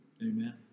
Amen